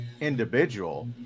individual